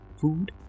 food